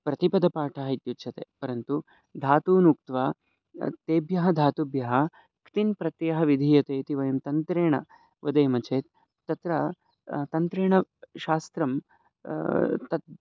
प्रतिपदपाठः इत्युच्यते परन्तु धातूनुक्त्वा तेभ्यः धातुभ्यः तिङ् प्रत्यत्यः विधीयते इति वयं तन्त्रेण वदेम चेत् तत्र तन्त्रेण शास्त्रं तद्